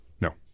No